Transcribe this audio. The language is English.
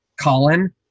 Colin